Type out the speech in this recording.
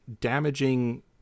damaging